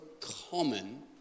common